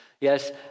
Yes